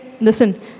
listen